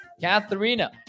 Katharina